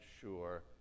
sure